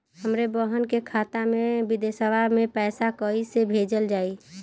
हमरे बहन के खाता मे विदेशवा मे पैसा कई से भेजल जाई?